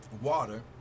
water